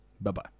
bye-bye